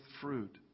fruit